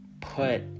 put